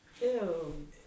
Ew